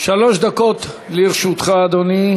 שלוש דקות לרשותך, אדוני.